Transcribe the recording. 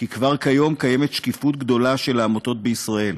כי כבר כיום קיימת שקיפות רבה של העמותות בישראל,